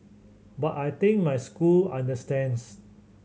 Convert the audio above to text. but I think my school understands